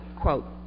quote